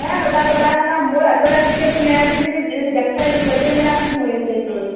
এই ৰ'বা ৰ'বা সেলা মোৰ হাতত আজি কালি নাই আজি কালি দে দেখিছাই দেখো এতে কেমেৰা ফিটিং হৈ আছেই এতে